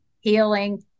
healing